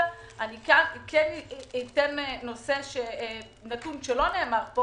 נתון שלא נאמר פה